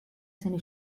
seine